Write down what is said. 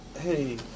Hey